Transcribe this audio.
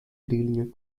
drielingen